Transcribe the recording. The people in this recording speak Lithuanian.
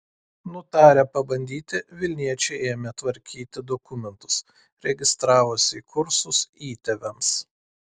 nutarę pabandyti vilniečiai ėmė tvarkyti dokumentus registravosi į kursus įtėviams